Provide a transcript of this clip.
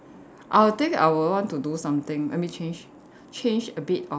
I will think I will want to do something let me change change a bit of